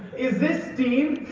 is this steve?